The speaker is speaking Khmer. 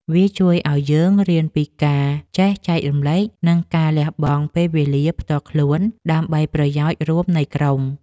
វាជួយឱ្យយើងរៀនពីការចេះចែករំលែក និងការលះបង់ពេលវេលាផ្ទាល់ខ្លួនដើម្បីប្រយោជន៍រួមនៃក្រុម។